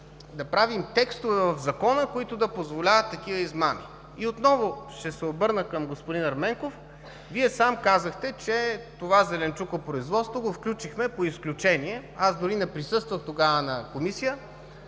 да правим текстове в Закона, които да позволяват такива измами? Отново ще се обърна към господин Ерменков. Вие сам казахте, че това зеленчукопроизводство го включихме по изключение. Аз дори не присъствах тогава на Комисия,